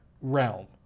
realm